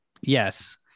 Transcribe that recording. Yes